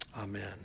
Amen